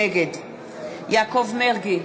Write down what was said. נגד יעקב מרגי,